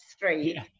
three